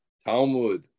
Talmud